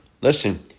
Listen